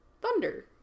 thunder